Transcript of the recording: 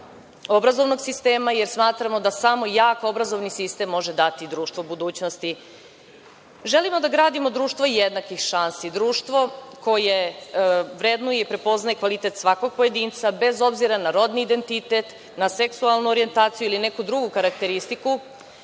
obrazovnog sistema. Jer, smatramo da samo jak obrazovni sistem može dati društvo budućnosti. Želimo da gradimo društvo jednakih šansi, društvo koje vrednuje i prepoznaje kvalitet svakog pojedinca, bez obzira na rodni identitet, na seksualnu orijentaciju ili neku drugu karakteristiku.